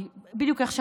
כי בדיוק איך שאמרת,